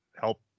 help